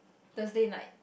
Thursday night